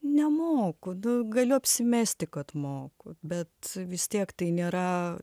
nemoku nu galiu apsimesti kad moku bet vis tiek tai nėra